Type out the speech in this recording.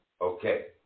Okay